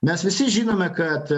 mes visi žinome kad